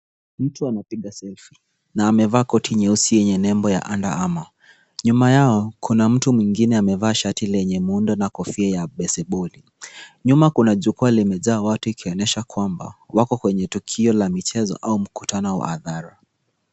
Mtu anapiga selfie na amevaa koti nyeusi yenye nembo ya Under Armour. Nyuma yao kuna mtu mwingine amevaa shati lenye muundo na kofia ya beseboli. Nyuma kuna jukwaa limejaa watu ikionesha kwamba wako kwenye tukio la michezo au mkutano wa hadhara.